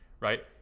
right